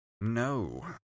No